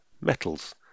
metals